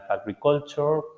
agriculture